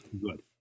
good